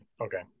okay